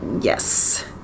Yes